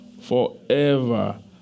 Forever